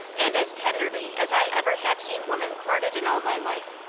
and as tenderly as i ever have seen woman courted in all my life.